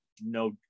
no